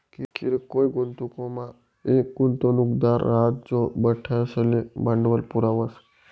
किरकोय गुंतवणूकमा येक गुंतवणूकदार राहस जो बठ्ठासले भांडवल पुरावस